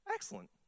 Excellent